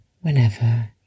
whenever